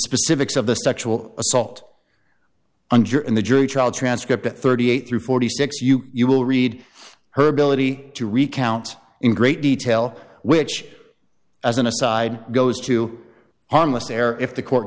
specifics of the sexual assault under in the jury trial transcript thirty eight through forty six you you will read her ability to recount in great detail which as an aside goes to harmless error if the court